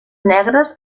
negres